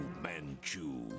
Manchu